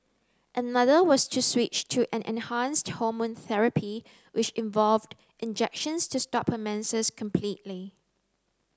another was to switch to an enhanced hormone therapy which involved injections to stop her menses completely